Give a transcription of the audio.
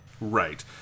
Right